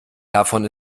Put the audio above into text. davon